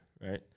right